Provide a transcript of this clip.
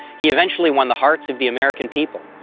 he eventually won the hearts of the american people.